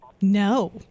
No